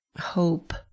hope